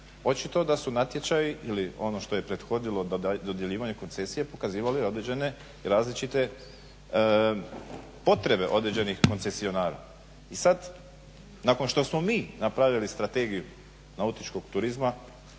Očito da su natječaji ili ono što je prethodilo dodjeljivanju koncesije pokazivali određene različite potrebe određenih koncesionara. I sad nakon što smo mi napravili strategiju nautičkog turizma